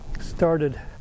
started